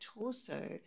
torso